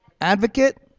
advocate